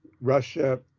Russia